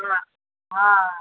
हा हा